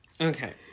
Okay